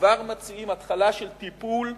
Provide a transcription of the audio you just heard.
אנחנו כבר מציעים התחלה של טיפול נמרץ,